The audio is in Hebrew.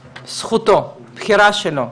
זכותו, בחירה שלו.